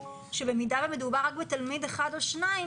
שבמידה שמדובר רק בתלמיד אחד או בשני תלמידים,